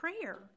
prayer